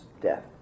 death